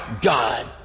God